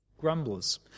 Grumblers